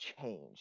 change